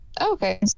Okay